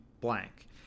blank